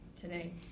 today